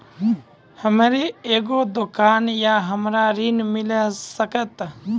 हमर एगो दुकान या हमरा ऋण मिल सकत?